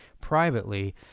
privately